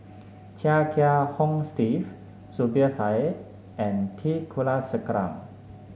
Chia Kiah Hong Steve Zubir Said and T Kulasekaram